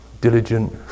diligent